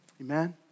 Amen